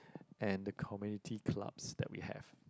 and the community clubs that we have